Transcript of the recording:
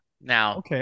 Now